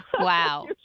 Wow